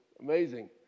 Amazing